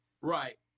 Right